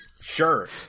sure